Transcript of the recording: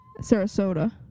Sarasota